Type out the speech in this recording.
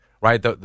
right